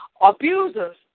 abusers